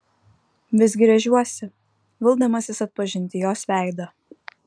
vis gręžiuosi vildamasis atpažinti jos veidą